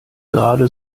gerade